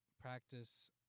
practice